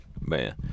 man